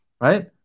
right